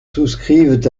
souscrivent